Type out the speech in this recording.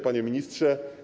Panie Ministrze!